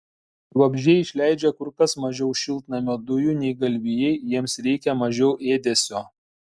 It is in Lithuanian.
vabzdžiai išleidžia kur kas mažiau šiltnamio dujų nei galvijai jiems reikia mažiau ėdesio